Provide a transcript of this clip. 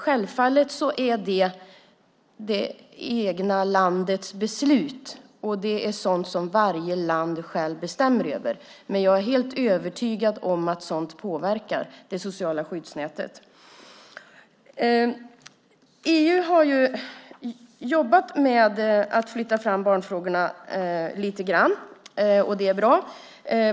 Självfallet är detta det egna landets beslut; det är sådant som varje land självt bestämmer över. Men jag är helt övertygad om att sådant påverkar det sociala skyddsnätet. EU har jobbat med att flytta fram barnfrågorna lite grann. Det är bra.